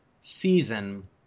season